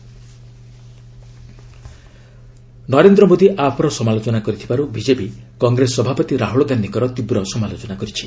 BJP Rahul Narendra Modi ଆପ୍ର ସମାଲୋଚନା କରିଥିବାରୁ ବିଜେପି କଂଗ୍ରେସ ସଭାପତି ରାହୁଳ ଗାନ୍ଧିଙ୍କର ତୀବ୍ର ସମାଲୋଚନା କରିଛି